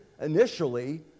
initially